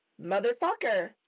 motherfucker